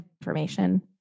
information